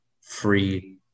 free